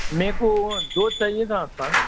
میرے کو وہ دو چاہیے تھا آپ کا